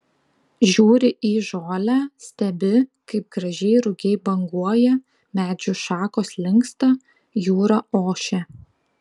žiūri į žolę stebi kaip gražiai rugiai banguoja medžių šakos linksta jūra ošia